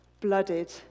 blooded